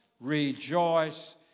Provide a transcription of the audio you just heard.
rejoice